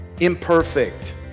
imperfect